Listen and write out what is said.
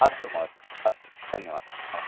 अस्तु महोदय अस्तु धन्यवादः नमस्ते